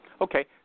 Okay